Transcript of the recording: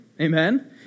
Amen